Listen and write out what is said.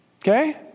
Okay